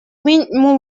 минимум